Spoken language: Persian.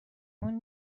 اون